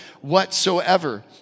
whatsoever